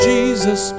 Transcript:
Jesus